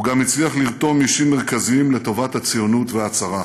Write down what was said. הוא גם הצליח לרתום אישים מרכזיים לטובת הציונות וההצהרה.